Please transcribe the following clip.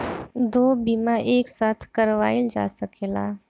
दो बीमा एक साथ करवाईल जा सकेला?